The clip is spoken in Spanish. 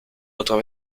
otras